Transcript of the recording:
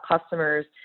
customers